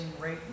rate